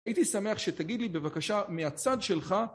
הייתי שמח שתגיד לי בבקשה מהצד שלך